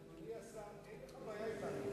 אדוני השר, אין לך בעיה אתנו.